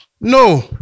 No